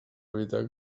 evitar